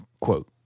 Quote